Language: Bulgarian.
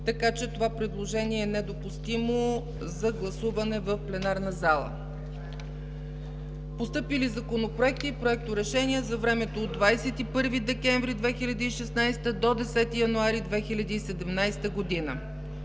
така че това предложение е недопустимо за гласуване в пленарната зала. Постъпили законопроекти и проекторешения за времето от 21 декември 2016 до 10 януари 2017 г.: